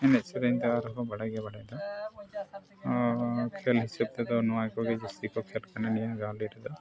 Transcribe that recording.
ᱮᱱᱮᱡ ᱥᱮᱨᱮᱧ ᱫᱚ ᱟᱨᱦᱚᱸ ᱵᱟᱰᱟᱭᱜᱮ ᱵᱟᱰᱟᱭ ᱫᱚ ᱟᱨ ᱠᱷᱮᱞ ᱦᱤᱥᱟᱹᱵᱽ ᱛᱮᱫᱚ ᱱᱚᱣᱟ ᱠᱚᱜᱮ ᱡᱟᱹᱥᱛᱤ ᱠᱚ ᱠᱷᱮᱞ ᱠᱟᱱᱟ ᱱᱚᱣᱟ ᱨᱮᱫᱚ